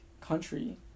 country